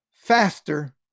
faster